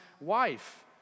wife